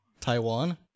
Taiwan